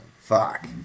Fuck